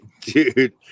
dude